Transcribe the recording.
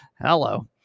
hello